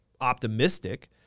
optimistic